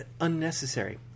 unnecessary